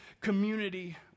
community